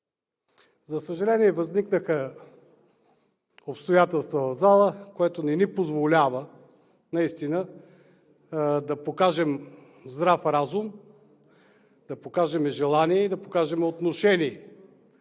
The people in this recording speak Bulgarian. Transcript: За съжаление, възникнаха обстоятелства в зала, което не ни позволява наистина да покажем здрав разум, да покажем желание и да покажем отношение